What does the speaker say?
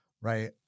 right